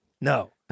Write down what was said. No